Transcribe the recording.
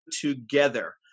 together